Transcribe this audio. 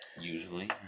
usually